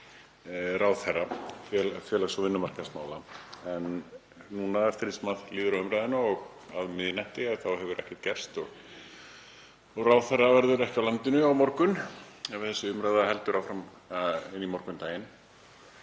ráðherra félags- og vinnumarkaðsmála. En núna, eftir því sem líður á umræðuna og að miðnætti, hefur ekkert gerst. Ráðherra verður ekki á landinu á morgun ef þessi umræða skyldi halda áfram inn í morgundaginn.